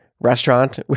restaurant